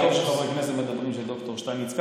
זה טוב שחברי כנסת מדברים כשד"ר שטייניץ כאן,